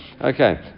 Okay